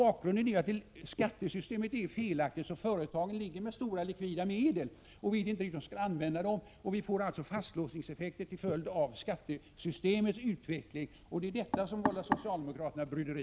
Bakgrunden är att skattesystemet är felaktigt, så företagen ligger med stora likvida medel och vet inte riktigt hur de skall använda dem. Vi får därför fastlåsningseffekter till följd av skattesystemets utveckling, och det vållar socialdemokraterna bryderi.